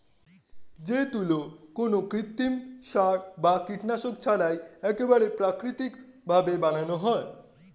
যে তুলো কোনো কৃত্রিম সার বা কীটনাশক ছাড়াই একেবারে প্রাকৃতিক ভাবে বানানো হয়